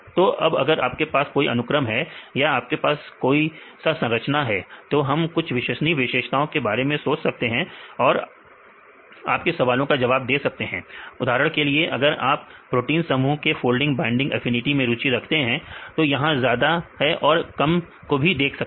तो अब अगर आपके पास कोई अनुक्रम है या आपके पास कोई सा रचना है तो हम कुछ विश्वसनीय विशेषताओं के बारे में सोच सकते हैं जो कि आपके सवालों का जवाब दे सकता है उधर के लिए अगर आप प्रोटीन समूह की फोल्डिंग बाइंडिंग एफिनिटी में रुचि रखते हैं तो यहां ज्यादा है कि कम है देख सकते हैं